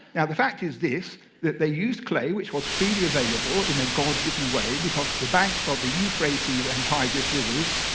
the fact is this, that they used clay which was freely available in a god-given way, because the banks of the euphrates and tigris rivers,